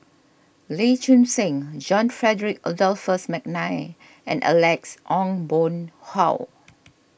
Lee Choon Seng John Frederick Adolphus McNair and Alex Ong Boon Hau